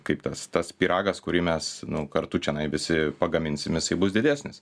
kaip tas tas pyragas kurį mes nu kartu čionai visi pagaminsimjisai bus didesnis